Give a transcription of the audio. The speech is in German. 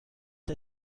der